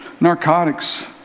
narcotics